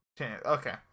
okay